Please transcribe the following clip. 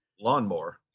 lawnmower